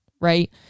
right